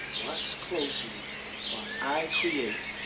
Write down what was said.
watch closely while i create